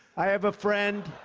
i have a friend,